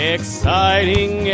Exciting